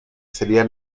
sería